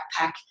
backpack